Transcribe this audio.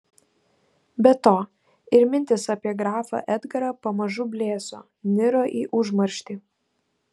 be to ir mintys apie grafą edgarą pamažu blėso niro į užmarštį